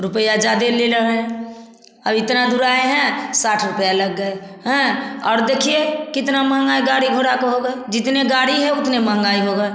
रूपया ज़्यादा ले ले रहे अब इतना दूर आए हैं साठ रुपया लग गए हैं और देखिए कितना महँगाई गाड़ी घोड़ा को हो गए जितने गाड़ी है उतने महँगाई हो गए